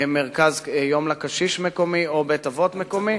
מרכז יום מקומי לקשיש, או בית-אבות מקומי.